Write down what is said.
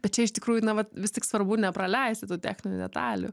bet čia iš tikrųjų na va vis tik svarbu nepraleisti tų techninių detalių